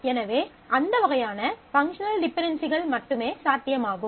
எனவே அந்த வகையான பங்க்ஷனல் டிபென்டென்சிகள் மட்டுமே சாத்தியமாகும்